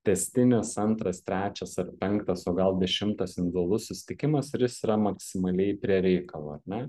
tęstinis antras trečias ar penktas o gal dešimtas individualus susitikimas ir jis yra maksimaliai prie reikalo ar ne